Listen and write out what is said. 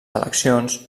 eleccions